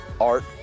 art